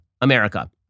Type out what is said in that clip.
America